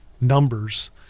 numbers